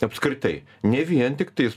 apskritai ne vien tiktais